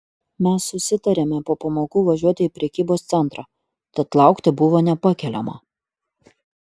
mes susitarėme po pamokų važiuoti į prekybos centrą tad laukti buvo nepakeliama